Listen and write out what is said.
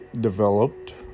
developed